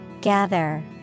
Gather